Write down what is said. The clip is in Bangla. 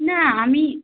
না আমি